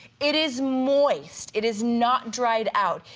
it is moist. it is not dried out.